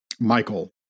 Michael